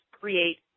create